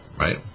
right